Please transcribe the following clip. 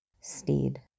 Steed